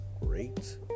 great